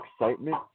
excitement